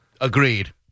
Agreed